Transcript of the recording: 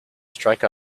strike